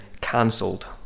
cancelled